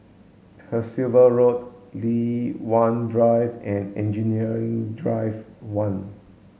Percival Road Li Hwan Drive and Engineering Drive one